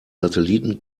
satelliten